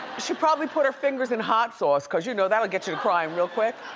she probably put her fingers in hot sauce, cause you know, that would get you to crying real quick.